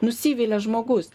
nusivilia žmogus